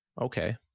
Okay